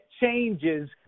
changes